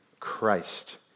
Christ